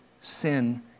sin